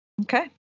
Okay